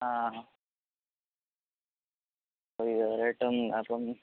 ആ ഇതുവരെയായിട്ടും അപ്പം